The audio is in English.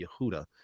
Yehuda